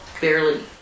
barely